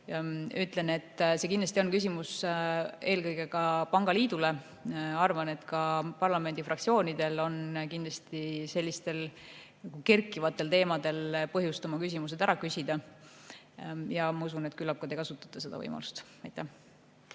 ütlen, et see kindlasti on küsimus eelkõige ka pangaliidule. Arvan, et ka parlamendifraktsioonidel on kindlasti põhjust sellistel üles kerkivatel teemadel küsimused ära küsida, ja ma usun, et küllap te kasutate seda võimalust. Aitäh!